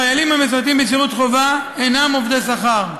חיילים המשרתים בשירות חובה אינם עובדי שכר,